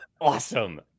awesome